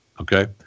Okay